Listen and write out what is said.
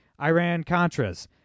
Iran-Contras